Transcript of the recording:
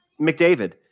McDavid